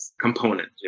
component